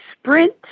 sprint